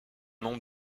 nombre